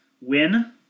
win